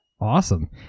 Awesome